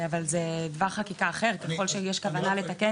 אבל זה טווח חקיקה אחר, ככל שיש כוונה לתקן.